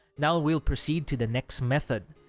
now we'll proceed to the next method.